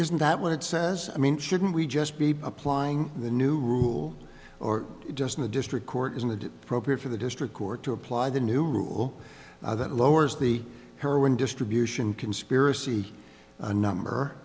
isn't that what it says i mean shouldn't we just be applying the new rule or just in the district court in the appropriate for the district court to apply the new rule that lowers the heroin distribution conspiracy a number